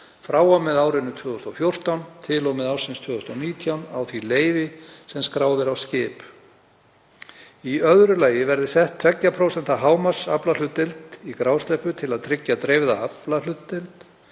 frá og með 2014 til og með 2019 á því leyfi sem skráð er á skip. Í öðru lagi verði sett 2% hámarksaflahlutdeild í grásleppu til að tryggja dreifða aflahlutdeild.